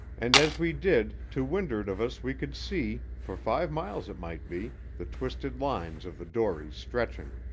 and as we did, to wind'ard of us we could see, for five miles it might be, the twisted lines of the dories stretching.